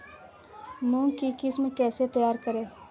मूंग की किस्म कैसे तैयार करें?